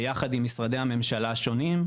ביחד עם משרדי הממשלה השונים,